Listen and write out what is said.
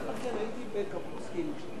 25 נתקבלו.